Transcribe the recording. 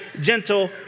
gentle